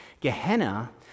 Gehenna